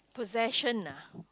possession ah